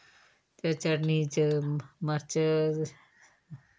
ते चटनी च मर्च